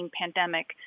pandemic